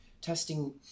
testing